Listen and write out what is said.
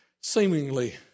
seemingly